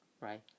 right